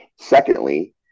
Secondly